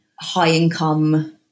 high-income